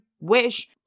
wish